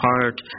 heart